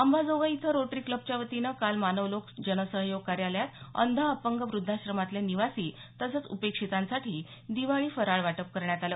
अंबाजोगाई इथं रोटरी क्लबच्या वतीनं काल मानवलोक जनसहयोग कार्यालयात अंध अपंग वृद्धाश्रमातले निवासी तसंच उपेक्षितांसाठी दिवाळी फराळ वाटप करण्यात आलं